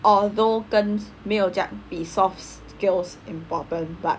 although 没有这样比 soft skills important but